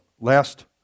Last